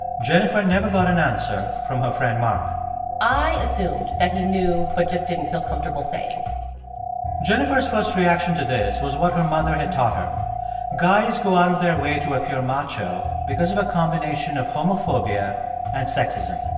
jennifer never got an answer from her friend mark i assumed that he knew but just didn't feel comfortable saying jennifer's first reaction to this was what her mother had taught her guys go out of their way to appear macho because of a combination of homophobia and sexism.